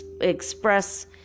express